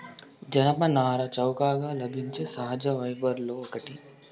జనపనార చౌకగా లభించే సహజ ఫైబర్లలో ఒకటి